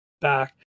back